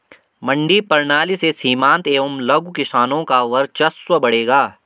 मंडी प्रणाली से सीमांत एवं लघु किसानों का वर्चस्व बढ़ेगा